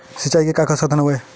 सिंचाई के का का साधन हवय?